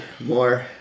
more